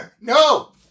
No